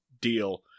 deal